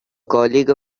colleague